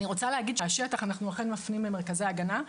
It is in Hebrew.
אני רוצה להגיד שמהשטח אנחנו אכן מפנים למרכזי ההגנה.